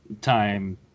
time